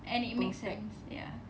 oh sets